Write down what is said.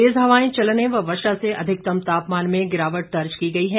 तेज हवाएं चलने व वर्षा से अधिकतम तापमान में गिरावट दर्ज की गई है